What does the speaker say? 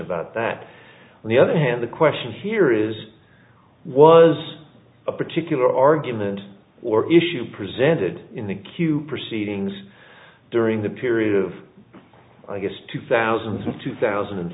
about that on the other hand the question here is was a particular argument or issue presented in the q proceedings during the period of august two thousand and two thousand and